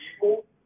people